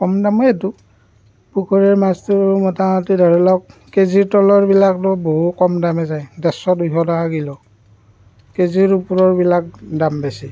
কম দামেই এইটো পুখুৰীৰ মাছটো মুটামুটি ধৰি লওক কে জি ৰ তলৰবিলাকটো বহু কম দামেই যায় ডেৰশ দুইশ টকা কিলো কে জি ৰ ওপৰৰবিলাক দাম বেছি